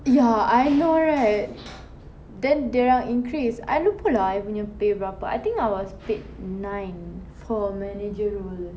ya I know right then dorang increase I lupa lah I punya pay berapa but I think I was paid nine for a manager role